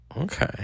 okay